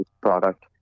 product